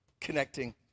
connecting